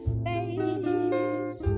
face